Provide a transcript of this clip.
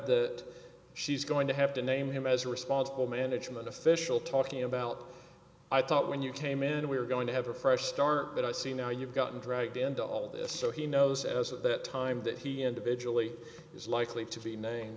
that she's going to have to name him as a responsible management official talking about i thought when you came in we were going to have a fresh start but i see now you've gotten dragged into all this so he knows as at that time that he individually is likely to be named